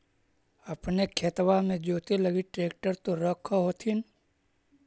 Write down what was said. अपने खेतबा मे जोते लगी ट्रेक्टर तो रख होथिन?